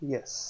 Yes